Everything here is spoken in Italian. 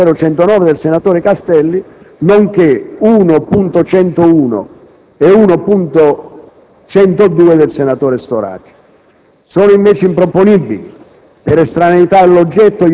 1.0.108 e 1.0.109, del senatore Castelli, nonché 1.101 e 1.102, del senatore Storace.